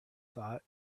thought